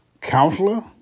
counselor